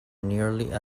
nearly